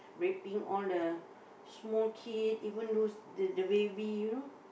raping all the small kid even those the the baby you know